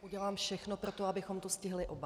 Udělám všechno pro to, abychom to stihli oba.